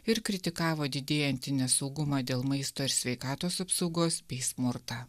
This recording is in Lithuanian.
ir kritikavo didėjantį nesaugumą dėl maisto ir sveikatos apsaugos bei smurtą